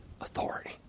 authority